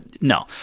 no